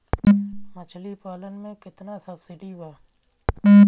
मछली पालन मे केतना सबसिडी बा?